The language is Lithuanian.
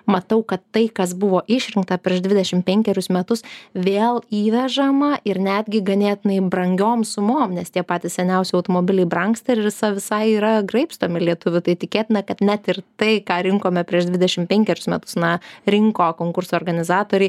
matau kad tai kas buvo išrinkta prieš dvidešim penkerius metus vėl įvežama ir netgi ganėtinai brangiom sumom nes tie patys seniausi automobiliai brangsta ir visa visai yra graibstomi lietuvių tai tikėtina kad net ir tai ką rinkome prieš dvidešim penkerius metus na rinko konkurso organizatoriai